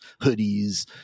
hoodies